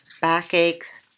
backaches